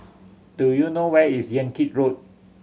do you know where is Yan Kit Road